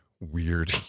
weird